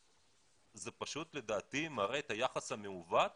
זה פשוט לדעתי מראה את היחס המעוות